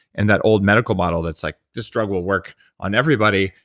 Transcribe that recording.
and that old medical bottle that's like, this drug will work on everybody,